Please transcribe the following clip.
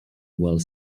while